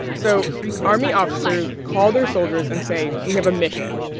so army officers call their soldiers and say, we have a mission.